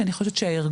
אני חושבת שהארגון,